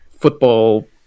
football